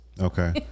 Okay